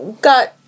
got